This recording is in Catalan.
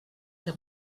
que